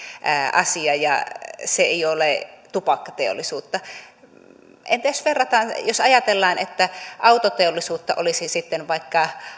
asia ja ettei se olisi tupakkateollisuutta entä jos ajatellaan että autoteollisuutta olisi sitten vaikka